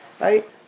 right